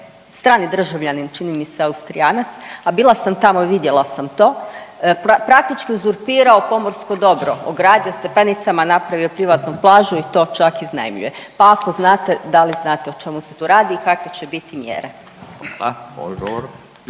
strani državljanin, čini mi se Austrijanac, a bila sam tamo i vidjela sam to, praktički uzurpirao pomorsko dobro, ogradio stepenicama, napravio privatnu plažu i to čak iznajmljuje, pa ako znate da li znate o čemu se tu radi i kakve će biti mjere?